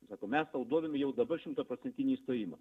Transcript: sako mes tau duodam jau dabar šimtaprocentinį įstojimą